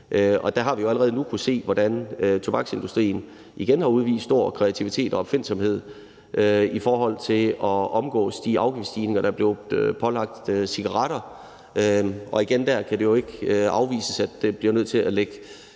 Der har vi jo allerede nu kunnet se, hvordan tobaksindustrien igen har udvist stor kreativitet og opfindsomhed i forhold til at omgå de afgiftsstigninger, der er blevet pålagt cigaretter. Og der kan det jo igen ikke afvises, at vi bliver nødt til at lægge